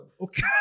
okay